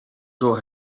door